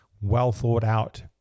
well-thought-out